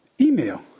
email